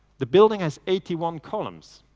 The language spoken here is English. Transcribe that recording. the building has eighty one columns,